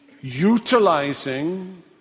utilizing